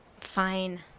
Fine